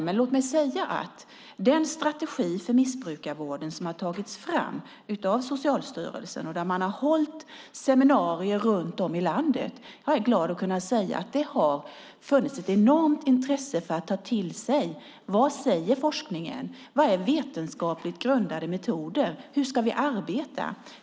Jag är dock glad att kunna säga att det har funnits ett enormt intresse av att ta till sig den strategi för missbrukarvården som Socialstyrelsen har tagit fram och hållit seminarier om runt om i landet: Vad säger forskningen? Vad är vetenskapligt grundade metoder? Hur ska vi arbeta?